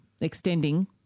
extending